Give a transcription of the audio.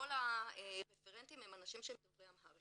כל הרפרנטים הם אנשים שהם דוברי אמהרית.